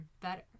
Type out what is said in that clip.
better